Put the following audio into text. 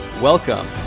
Welcome